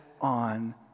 on